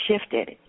shifted